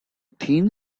thin